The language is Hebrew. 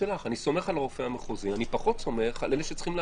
אני סומך על הרופא המחוזי; אני פחות סומך על אלה שצריכים להחריג.